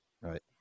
right